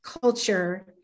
culture